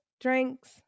drinks